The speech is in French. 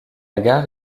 gare